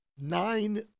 nine